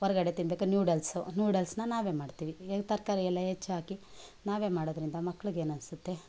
ಹೊರಗಡೆ ತಿನ್ಬೇಕಾರೆ ನ್ಯೂಡಲ್ಸು ನೂಡಲ್ಸ್ನ ನಾವೇ ಮಾಡ್ತೀವಿ ತರಕಾರಿ ಎಲ್ಲ ಹೆಚ್ಚಾಕಿ ನಾವೇ ಮಾಡೋದ್ರಿಂದ ಮಕ್ಳಿಗೇನು ಅನ್ಸುತ್ತೆ